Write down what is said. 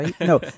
No